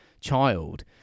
child